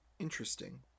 interesting